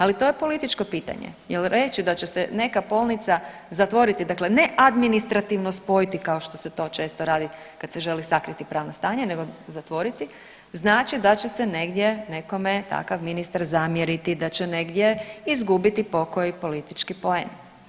Ali to je političko pitanje jer reći da će se neka bolnica zatvoriti, dakle ne administrativno spojiti kao što se to često radi kad se želi sakriti pravno stanje, nego zatvoriti, znači da će se negdje nekome takav ministar zamjeriti, da će negdje izgubiti pokoji politički poen.